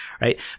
right